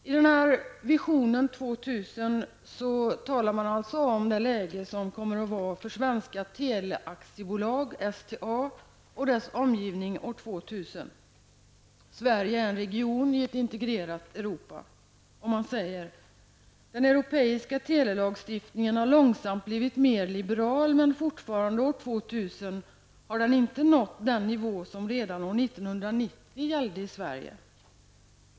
I Vision 2000 talar man om det läge som kommer att vara för Svenska Teleaktiebolaget, STA, och dess omgivning år 2000. Sverige är en region i ett integrerat Europa, och man säger: ''Den europeiska telelagstiftningen har långsamt blivit mer liberal, men fortfarande år 2000 har den inte nått den nivå som redan år 1990 gällde i Sverige.